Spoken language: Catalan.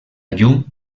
llum